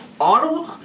Ottawa